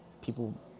people